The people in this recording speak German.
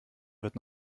wird